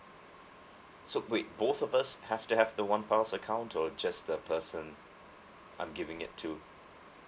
so wait both of us have to have the one pals account or just the person I'm giving it to